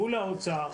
מול האוצר,